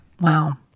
wow